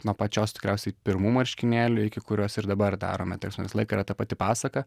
nuo pačios tikriausiai pirmų marškinėlių iki kuriuos ir dabar darome ta prasme visą laiką yra ta pati pasaka